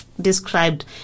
described